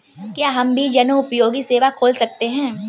क्या हम भी जनोपयोगी सेवा खोल सकते हैं?